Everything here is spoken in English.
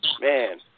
Man